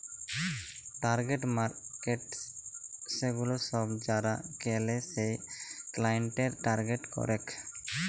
target markets সেগুলা সব যারা কেলে সেই ক্লায়েন্টদের টার্গেট করেক